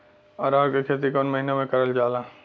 अरहर क खेती कवन महिना मे करल जाला?